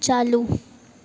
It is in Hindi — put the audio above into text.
चालू